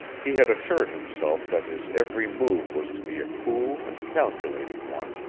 he had assured himself that his every move was to be a cool and calculating one,